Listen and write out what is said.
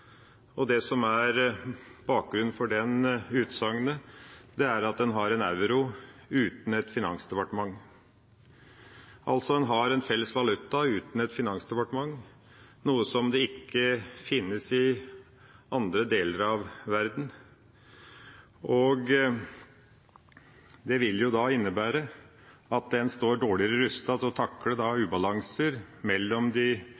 og det som er bakgrunnen for det utsagnet, er at en har en euro uten et finansdepartement. En har altså en felles valuta uten et finansdepartement, noe som ikke finnes i andre deler av verden. Det vil da innebære at en står dårligere rustet til å takle ubalanser mellom de